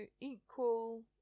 equal